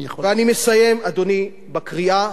אני מסיים, אדוני, בקריאה,